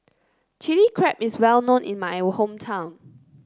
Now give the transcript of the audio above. Chili Crab is well known in my hometown